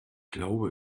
glaube